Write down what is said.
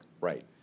Right